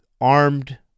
armed